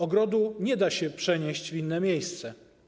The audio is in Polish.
Ogrodu nie da się przenieść w inne miejsce.